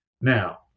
Now